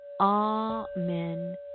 amen